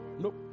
Nope